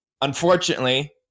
unfortunately